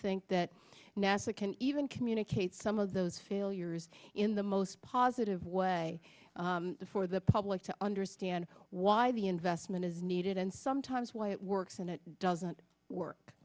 can even communicate some of those failures in the most positive way for the public to understand why the investment is needed and sometimes why it works and it doesn't work